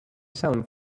sound